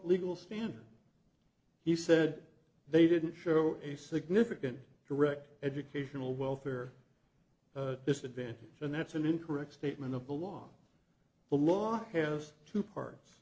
legal standard he said they didn't show a significant direct educational welfare disadvantage and that's an incorrect statement of the law the law has two parts